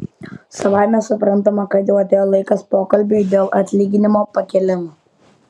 savaime suprantama kad jau atėjo laikas pokalbiui dėl atlyginimo pakėlimo